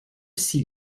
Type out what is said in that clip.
six